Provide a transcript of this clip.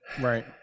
Right